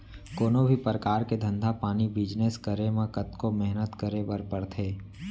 कोनों भी परकार के धंधा पानी बिजनेस करे म कतको मेहनत करे बर परथे